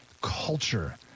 culture